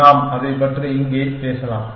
நாம் அதைப் பற்றி இங்கே பேசலாம்